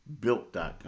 Built.com